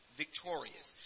victorious